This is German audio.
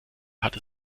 hat